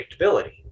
predictability